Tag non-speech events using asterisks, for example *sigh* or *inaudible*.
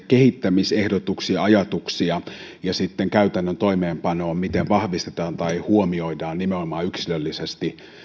*unintelligible* kehittämisehdotuksiin ajatuksiin ja ja sitten käytännön toimeenpanoon miten vahvistetaan sitä tai huomioidaan nimenomaan yksilöllisesti